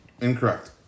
Incorrect